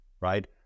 right